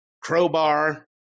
crowbar